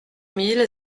mille